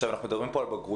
אנחנו מדברים פה על בגרויות,